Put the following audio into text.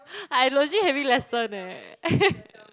I legit having lesson eh